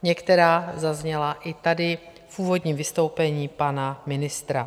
Některá zazněla i tady v úvodním vystoupení pana ministra.